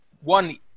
one